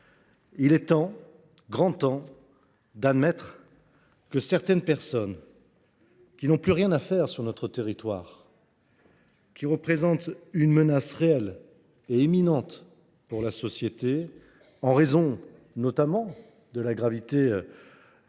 Il est grand temps d’admettre que certaines personnes, qui n’ont plus rien à faire sur notre territoire et qui représentent une menace réelle et imminente pour la société, en raison notamment de la gravité des actes